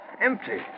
empty